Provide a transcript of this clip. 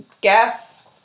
gas